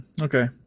Okay